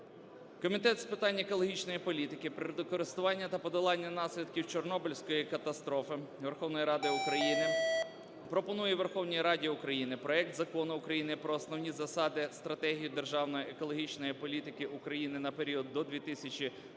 Комітет з питань екологічної політики, природокористування та подолання наслідків Чорнобильської катастрофи Верховної Ради України пропонує Верховній Раді України проект Закону України про Основні засади (стратегію) державної екологічної політики України на період до 2030 року